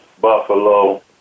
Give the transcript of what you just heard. Buffalo